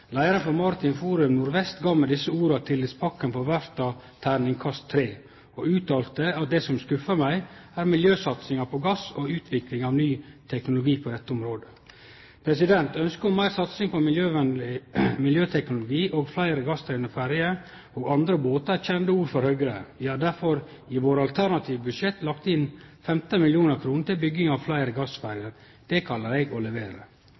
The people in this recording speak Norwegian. Leiaren for Maritimt Forum Nordvest gav med desse orda tiltakspakka for verfta terningkast tre, og uttalte: «Det som skuffer meg er miljøsatsinga på gass og utviklingen av ny teknologi på dette området.» Ønsket om meir satsing på miljøteknologi og fleire gassdrivne ferjer og andre båtar er kjende ord for Høgre. Vi har derfor i våre alternative budsjett lagt inn 15 mill. kr til bygging av fleire gassferjer. Det kallar eg å levere.